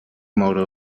moure